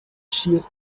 shield